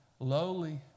lowly